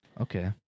Okay